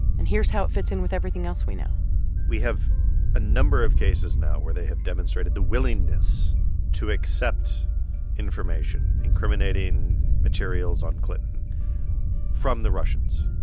and here's how it fits in with everything else we know we have a number of cases now where they have demonstrated the willingness to accept information incriminating materials on clinton from the russians.